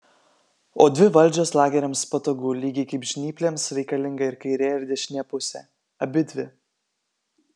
o dvi valdžios lageriams patogu lygiai kaip žnyplėms reikalinga ir kairė ir dešinė pusė abidvi